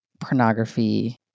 pornography